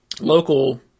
Local